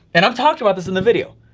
and i've talked about this in the video.